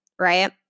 right